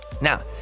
Now